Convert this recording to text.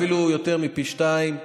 אפילו יותר מפי שניים.